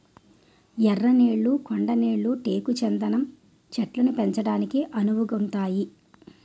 ఎర్ర నేళ్లు కొండ నేళ్లు టేకు చందనం చెట్లను పెంచడానికి అనువుగుంతాయి